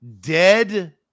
dead